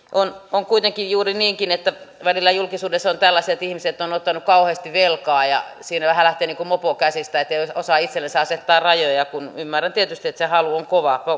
on kuitenkin juuri niinkin että välillä julkisuudessa on siitä tällaiset ihmiset ovat ottaneet kauheasti velkaa ja siinä vähän niin kuin lähtee mopo käsistä ettei osaa itsellensä asettaa rajoja ymmärrän tietysti että se halu